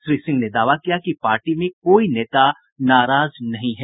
श्री सिंह ने दावा किया कि पार्टी में कोई नेता नाराज नहीं हैं